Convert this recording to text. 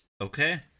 Okay